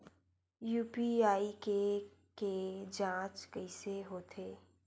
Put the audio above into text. UPI के के जांच कइसे होथे?